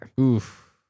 oof